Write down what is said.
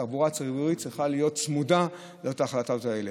התחבורה הציבורית צריכה להיות צמודה להחלטות האלה.